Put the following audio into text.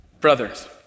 brothers